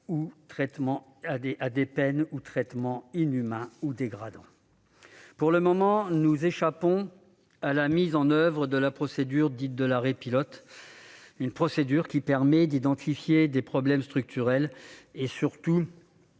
ou traitements inhumains ou dégradants ». Pour le moment, nous échappons à la mise en oeuvre de la procédure dite de « l'arrêt pilote », une procédure qui permet d'identifier des problèmes structurels et, surtout,